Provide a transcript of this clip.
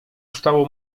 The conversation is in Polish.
stało